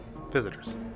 visitors